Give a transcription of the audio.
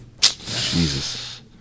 Jesus